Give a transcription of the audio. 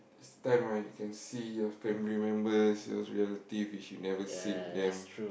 it's time ah you can see your family members your relative which you never seen them